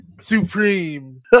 Supreme